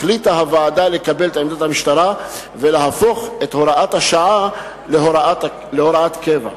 החליטה הוועדה לקבל את עמדת המשטרה ולהפוך את הוראת השעה להוראת קבע.